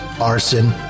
arson